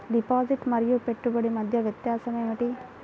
Deposit మరియు పెట్టుబడి మధ్య వ్యత్యాసం ఏమిటీ?